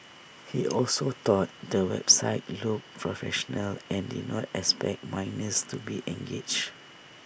he also thought the website looked professional and did not expect minors to be engaged